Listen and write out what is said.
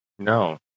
No